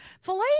filet